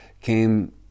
came